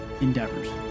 endeavors